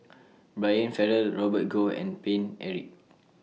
Brian Farrell Robert Goh and Paine Eric